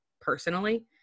personally